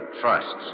trusts